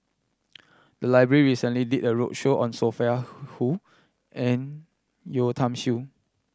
the library recently did a roadshow on Sophia Hull and Yeo Tiam Siew